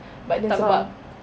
but then sebab